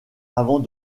avant